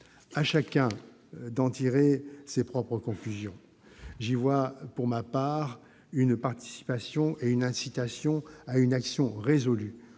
À chacun d'en tirer ses propres conclusions. J'y vois pour ma part une incitation à une action résolue